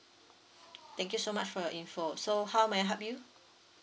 thank you so much for your info so how may I help you